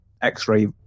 x-ray